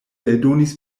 eldonis